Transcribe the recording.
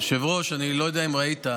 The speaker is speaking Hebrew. היושב-ראש, אני לא יודע אם ראית,